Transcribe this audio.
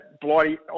Bloody